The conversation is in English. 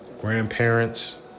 grandparents